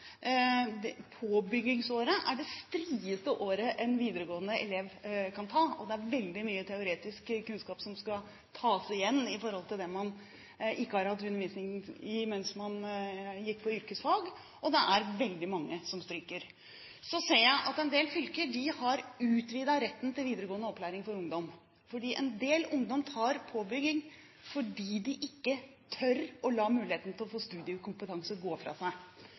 påbyggingsåret er det strieste året en elev i videregående skole kan ta. Det er veldig mye teoretisk kunnskap som skal tas igjen i forhold til det man ikke har hatt undervisning i mens man gikk på yrkesfag, og det er veldig mange som stryker. Så ser jeg at en del fylker har utvidet retten til videregående opplæring for ungdom. En del ungdom tar påbygging fordi de ikke tør å la muligheten til å få studiekompetanse gå fra seg.